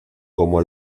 como